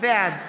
בעד